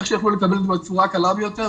בצורה הקלה ביותר,